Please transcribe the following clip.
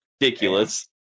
ridiculous